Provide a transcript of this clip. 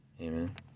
Amen